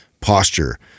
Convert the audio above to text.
posture